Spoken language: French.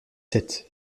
sept